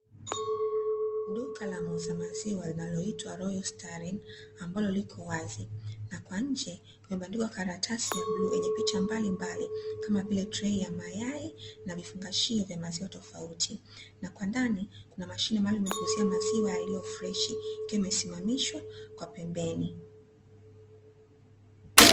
Duka la muuza maziwa ambalo linaitwa Royal starrin, ambalo loko wazi na kwa nje limebandikwa karatasi ya bluu yenye picha mbalimbali kama; vile trei ya mayai na vifungashio vya maziwa tofauti tofauti na kwa ndani kuna mashine maalumu ya kuuzia maziwa yaliyo freshi, ikiwa imesimamishwa kwa pembeni.